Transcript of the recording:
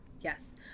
Yes